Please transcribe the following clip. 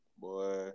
Boy